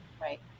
Right